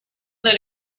that